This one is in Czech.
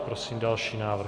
Prosím další návrh.